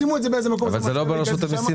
שימו את זה באיזה מקום --- אבל זה לא ברשות המיסים,